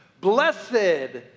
Blessed